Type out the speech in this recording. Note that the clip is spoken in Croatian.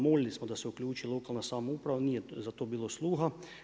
Molili smo da se uključi lokalna samouprava, nije za to bilo sluha.